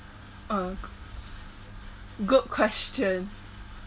uh good question